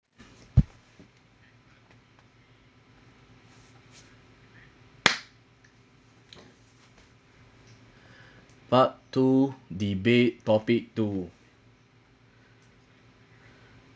part two debate topic two